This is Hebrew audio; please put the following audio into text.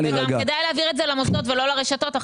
כדאי להעביר את זה למוסדות ולא לרשתות.